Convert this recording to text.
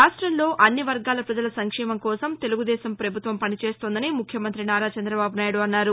రాష్టంలో అన్ని వర్గాల పజల సంక్షేమం కోసం తెలుగుదేశం పభుత్వం పనిచేస్తోందని ముఖ్యమంత్రి నారా చంద్రబాబు నాయుడు అన్నారు